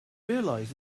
realized